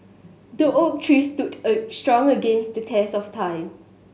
the oak tree stood strong against the test of time